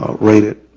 ah rated